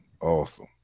Awesome